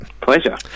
Pleasure